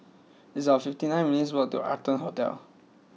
it's about fifty nine minutes' walk to Arton Hote